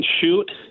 shoot